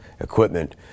equipment